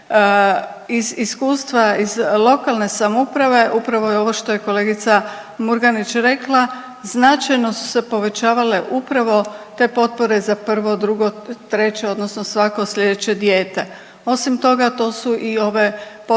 Iz iskustva iz lokalne samouprave upravo je ovo što je kolegica Murganić rekla značajno su se povećavale upravo te potpore za prvo, drugo, treće odnosno svako slijedeće dijete. Osim toga to su i ove potpore